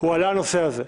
הועלה הנושא הזה.